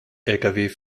lkw